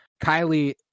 kylie